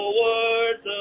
words